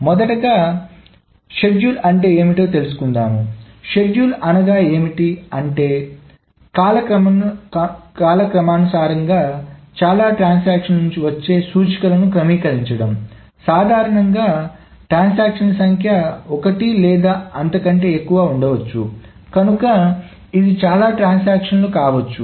మొదటగా షెడ్యూల్ అంటే ఏమిటో తెలుసుకుందాముషెడ్యూల్ అనగా ఏమిటి అంటే కాలక్రమానుసారంగా చాలా ట్రాన్సాక్షన్ల నుంచి వచ్చే సూచనలను క్రమీకరించడం సాధారణంగా ట్రాన్సాక్షన్ల సంఖ్య ఒకటి లేదా అంతకంటే ఎక్కువ ఉండవచ్చు కనుక ఇది చాలా ట్రాన్సాక్షన్లు కావచ్చు